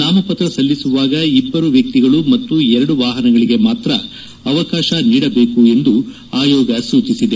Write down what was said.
ನಾಮಪತ್ರ ಸಲ್ಲಿಸುವಾಗ ಇಬ್ಬರು ವ್ಯಕ್ತಿಗಳು ಮತ್ತು ಎರಡು ವಾಹನಗಳಿಗೆ ಮಾತ್ರ ಅವಕಾಶ ನೀಡಬೇಕು ಎಂದು ಆಯೋಗ ಸೂಚಿಸಿದೆ